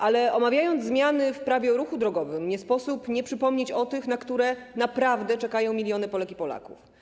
Ale omawiając zmiany w Prawie o ruchu drogowym nie sposób nie przypomnieć o tych, na które naprawdę czekają miliony Polek i Polaków.